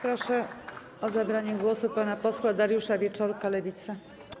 Proszę o zabranie głosu pana posła Dariusza Wieczorka, Lewica.